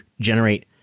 generate